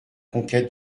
conquête